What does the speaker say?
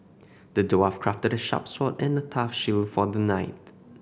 the dwarf crafted a sharp sword and a tough shield for the knight